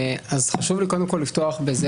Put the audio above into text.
צוהריים טובים, חשוב לי, קודם כול, לפתוח בזה